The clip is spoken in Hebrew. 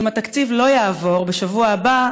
אם התקציב לא יעבור בשבוע הבא,